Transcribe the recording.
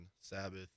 Sabbath